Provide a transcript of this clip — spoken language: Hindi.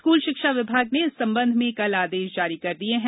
स्कूल शिक्षा विभाग ने इस संबंध में कल आदेश जारी कर दिये हैं